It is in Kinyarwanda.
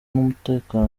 n’umutekano